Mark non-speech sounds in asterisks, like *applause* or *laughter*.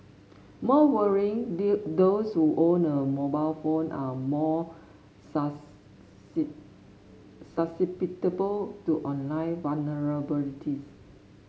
more worrying *unintelligible* those who own a mobile phone are more *unintelligible* susceptible to online vulnerabilities